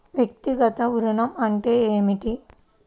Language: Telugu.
వ్యక్తిగత ఋణం అంటే ఏమిటి?